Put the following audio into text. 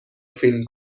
فیلم